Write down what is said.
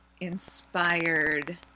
inspired